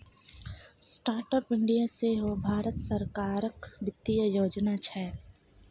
startup India सेहो भारत सरकारक बित्तीय योजना छै